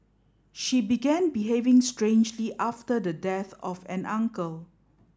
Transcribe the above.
she began behaving strangely after the death of an uncle